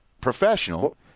professional